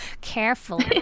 careful